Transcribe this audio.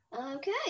Okay